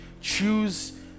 choose